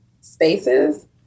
spaces